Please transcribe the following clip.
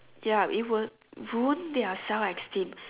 ya it will ruin their self esteem